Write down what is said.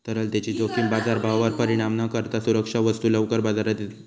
तरलतेची जोखीम बाजारभावावर परिणाम न करता सुरक्षा वस्तू लवकर बाजारात येत नाही